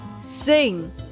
Sing